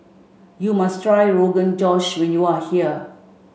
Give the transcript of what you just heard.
you must try Rogan Josh when you are here